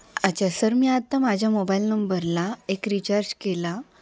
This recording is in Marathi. अच्छा सर मी आत्ता माझ्या मोबाईल नंबरला एक रिचार्ज केला